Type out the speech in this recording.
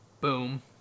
Boom